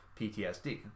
PTSD